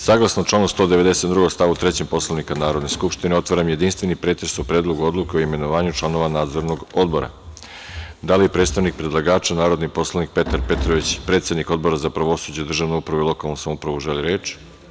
Saglasno članu 192. stav 3. Poslovnika Narodne skupštine, otvaram jedinstveni pretres o – PREDLOGU ODLUKE O IMENOVANjU ČLANOVA NADZORNOG ODBORA Da li predstavnik predlagača, narodni poslanik Petar Petrović, predsednik Odbora za pravosuđe, državnu upravu i lokalnu samoupravu želi reč?